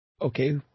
Okay